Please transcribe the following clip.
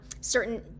certain